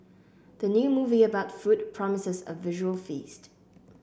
the new movie about food promises a visual feast